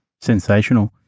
Sensational